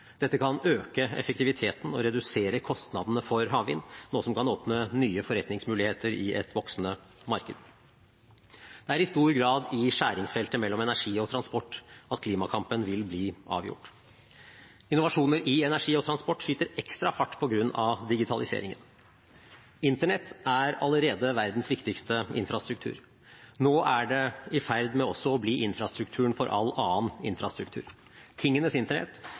Dette kan øke effektiviteten og redusere kostnadene for havvind, noe som kan åpne for nye forretningsmuligheter i et voksende marked. Det er i stor grad i skjæringsfeltet mellom energi og transport at klimakampen vil bli avgjort. Innovasjoner i energi og transport skyter ekstra fart på grunn av digitaliseringen. Internett er allerede verdens viktigste infrastruktur. Nå er det også i ferd med å bli infrastrukturen for all annen infrastruktur. Tingenes internett